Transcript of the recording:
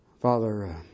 Father